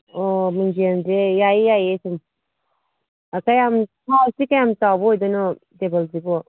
ꯑꯣ ꯃꯤꯡꯖꯦꯜꯁꯦ ꯌꯥꯏꯌꯦ ꯌꯥꯏꯌꯦ ꯁꯨꯝ ꯀꯌꯥꯝ ꯁꯥꯏꯖꯁꯦ ꯀꯌꯥꯝ ꯆꯥꯎꯕ ꯑꯣꯏꯗꯣꯅꯣ ꯇꯦꯕꯜꯁꯤꯕꯣ